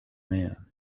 man